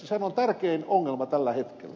sehän on tärkein ongelma tällä hetkellä